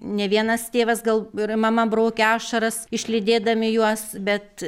ne vienas tėvas gal ir mama braukė ašaras išlydėdami juos bet